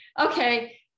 okay